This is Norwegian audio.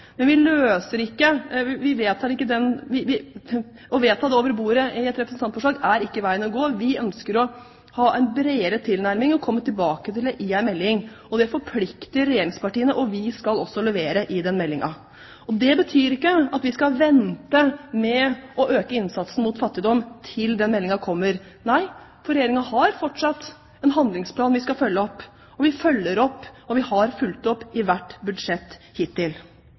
men å vedta det over bordet i et representantforslag er ikke veien å gå. Vi ønsker å ha en bredere tilnærming og komme tilbake til dette i en melding. Det forplikter regjeringspartiene, og vi skal også levere i den meldingen. Det betyr ikke at vi skal vente med å øke innsatsen mot fattigdom til den meldingen kommer. Nei, for Regjeringen har fortsatt en handlingsplan vi skal følge opp, og vi følger opp og har fulgt opp i hvert budsjett hittil.